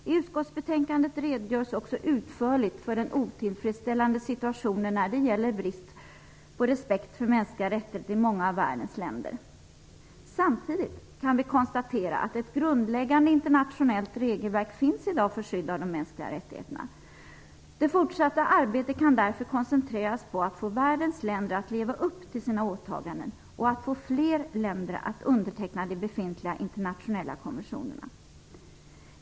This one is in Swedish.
I utskottsbetänkandet redogörs också utförligt för den otillfredsställande situationen när det gäller respekt för mänskliga rättigheter i många av världens länder. Samtidigt kan vi konstatera att ett grundläggande internationellt regelverk för skydd av de mänskliga rättigheterna i dag finns. Det fortsatta arbetet kan därför koncentreras på att få världens länder att leva upp till sina åtaganden och att få fler länder att underteckna de befintliga internationella konventionerna.